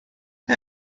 کار